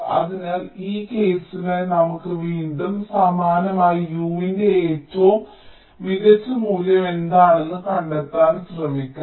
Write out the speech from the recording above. അതിനാൽ ഈ കേസിനായി നമുക്ക് വീണ്ടും സമാനമായി Uന്റെ ഏറ്റവും മികച്ച മൂല്യം എന്താണെന്ന് കണ്ടെത്താൻ ശ്രമിക്കാം